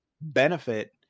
benefit